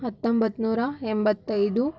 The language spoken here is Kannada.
ಹತ್ತೊಂಬತ್ನೂರ ಎಂಬತ್ತೈದು